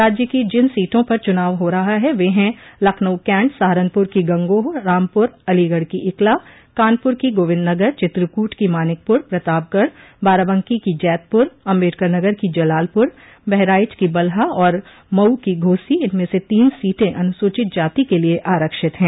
राज्य की जिन सीटों पर चुनाव हो रहा है वे हैं लखनऊ कैण्ट सहारनपुर की गंगोह रामपुर अलीगढ़ की इकला कानपुर की गोविन्दनगर चित्रकूट की मानिक पुर प्रतापगढ़ बाराबंकी की जैतपुर अम्बेडकरनगर की जलालपुर बहराइच की बलहा और मऊ की घोसी इनमें से तीन सीटें अनुसूचित जाति के लिए आरक्षित हैं